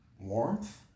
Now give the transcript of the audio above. warmth